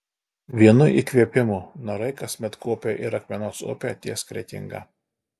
vienu įkvėpimu narai kasmet kuopia ir akmenos upę ties kretinga